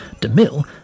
DeMille